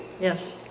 Yes